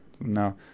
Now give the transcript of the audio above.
No